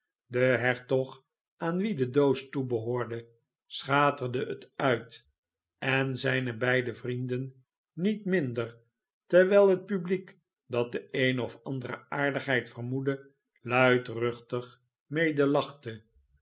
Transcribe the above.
de hertog aan wien de doos toebehoorde schaterde het uit en zijne beide vrienden niet minder terwijl het publiek dat de eene of andere aardigheid vermoedde luidruchtig medelachte